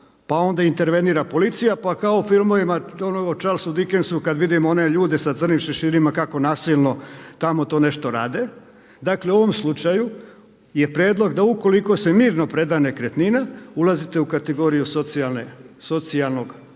pa onda intervenira policija pa kao u filmovima o Charles Dickensu kad vidimo one ljude sa crnim šeširima kako nasilno tamo to nešto rade. Dakle u ovom slučaju je prijedlog da ukoliko se mirno preda nekretnina ulazite u kategoriju socijalnog slučaja